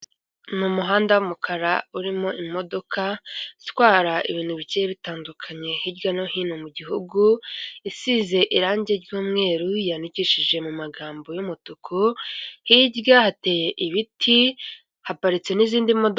Ni umuhanda w'umukara urimo imodoka itwara ibintu bigiye bitandukanye hirya no hino mu gihugu, isize irangi ry'umweru yandikishije mu magambo y'umutuku, hirya hateye ibiti haparitse n'izindi modoka.